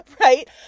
right